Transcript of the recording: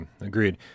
agreed